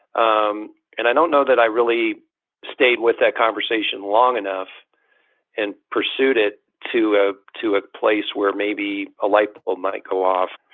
um and i don't know that i really stayed with that conversation long enough and pursued it to a to a place where maybe a life or might go off.